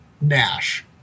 Nash